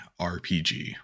RPG